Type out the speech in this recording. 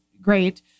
great